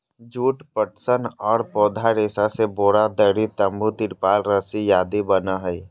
जुट, पटसन आर पौधा रेशा से बोरा, दरी, तंबू, तिरपाल रस्सी आदि बनय हई